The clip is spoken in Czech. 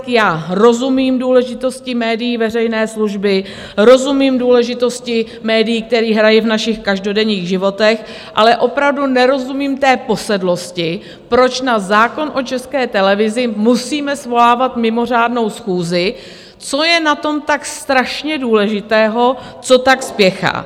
Já rozumím důležitosti médií veřejné služby, rozumím důležitosti médií, kterou hrají v našich každodenních životech, ale opravdu nerozumím té posedlosti, proč na zákon o České televizi musíme svolávat mimořádnou schůzi, co je na tom tak strašně důležitého, co tak spěchá.